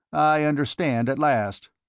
i understand at last.